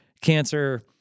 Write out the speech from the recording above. Cancer